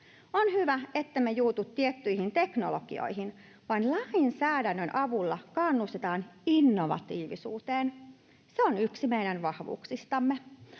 On hyvä, ettemme juutu tiettyihin teknologioihin vaan lainsäädännön avulla kannustetaan innovatiivisuuteen. Se on yksi meidän vahvuuksistamme.